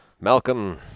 Malcolm